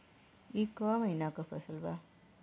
ई क महिना क फसल बा?